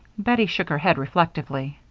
bettie shook her head, reflectively.